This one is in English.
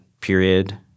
period